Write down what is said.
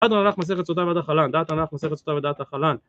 אדם הלך מסכת סודיו ודעת החלן, דעת הלך מסכת סודיו ודעת החלן